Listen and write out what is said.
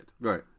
Right